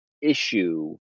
issue